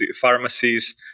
pharmacies